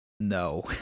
No